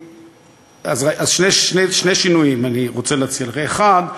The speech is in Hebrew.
אז שני שינויים אני רוצה להציע לך: האחד,